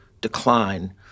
decline